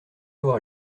avoir